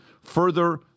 further